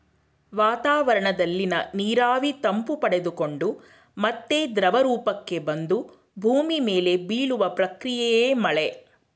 ವಾತಾವರಣದಲ್ಲಿನ ನೀರಾವಿ ತಂಪು ಪಡೆದುಕೊಂಡು ಮತ್ತೆ ದ್ರವರೂಪಕ್ಕೆ ಬಂದು ಭೂಮಿ ಮೇಲೆ ಬೀಳುವ ಪ್ರಕ್ರಿಯೆಯೇ ಮಳೆ